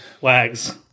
WAGs